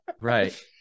right